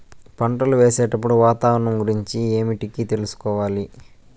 పంటలు వేసేటప్పుడు వాతావరణం గురించి ఏమిటికి తెలుసుకోవాలి?